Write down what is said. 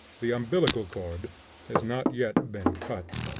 the umbilical cord has not yet been cut.